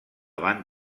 van